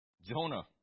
Jonah